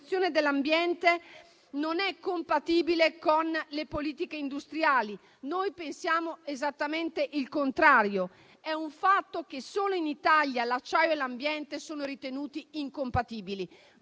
la protezione dell'ambiente non è compatibile con le politiche industriali. Noi pensiamo esattamente il contrario. È un fatto che solo in Italia l'acciaio e l'ambiente sono ritenuti incompatibili;